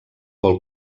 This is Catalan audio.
vol